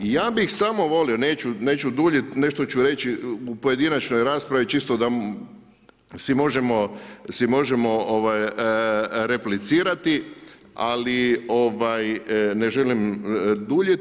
Ja bih samo volio, neću duljiti, nešto ću reći u pojedinačnoj raspravi, čisto da si možemo replicirati, ali ne želim duljiti.